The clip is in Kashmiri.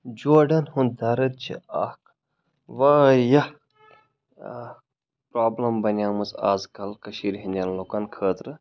جوڈَن ہُنٛد دَرد چھِ اَکھ واریاہ پرٛابلِم بَنے مٕژ آز کَل کٔشیٖرِ ہِنٛدٮ۪ن لُکَن خٲطرٕ